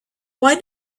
why